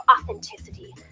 authenticity